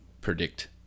predict